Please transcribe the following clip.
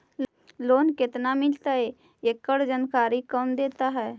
Loan केत्ना मिलतई एकड़ जानकारी कौन देता है?